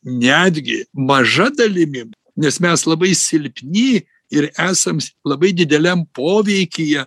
netgi maža dalimi nes mes labai silpni ir esams labai dideliam poveikyje